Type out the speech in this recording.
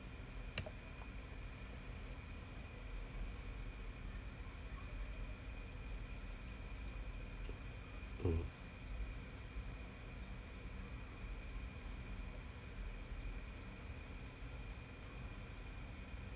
mm